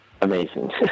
amazing